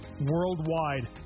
worldwide